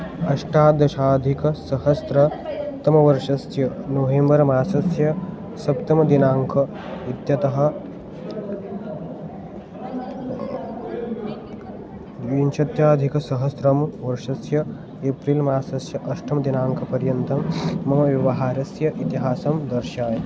अष्टदशाधिकसहस्रतमवर्षस्य November मासस्य सप्तमदिनाङ्कः इत्यतः द्वाविंशत्यधिकसहस्रवर्षस्य एप्रिल् मासस्य अष्टमदिनाङ्कपर्यन्तं मम व्यवहारस्य इतिहासं दर्शय